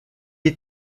est